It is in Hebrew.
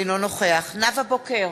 אינו נוכח נאוה בוקר,